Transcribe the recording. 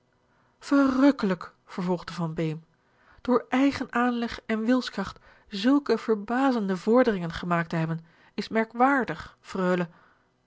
verrukkelijk vervolgde van beem door eigen aanleg en wilskracht zulke verbazende vorderingen gemaakt te hebben is merkwaardig